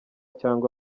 cyangwa